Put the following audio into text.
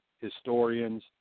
historians